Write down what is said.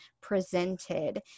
presented